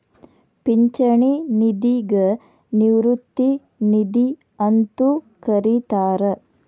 ಪಿಂಚಣಿ ನಿಧಿಗ ನಿವೃತ್ತಿ ನಿಧಿ ಅಂತೂ ಕರಿತಾರ